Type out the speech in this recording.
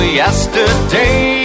yesterday